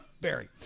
Barry